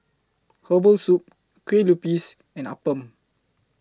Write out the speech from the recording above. Herbal Soup Kueh Lupis and Appam